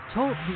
Talk